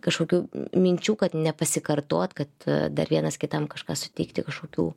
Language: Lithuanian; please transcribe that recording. kažkokių minčių kad nepasikartot kad dar vienas kitam kažką suteikti kažkokių